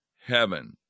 heaven